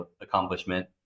accomplishment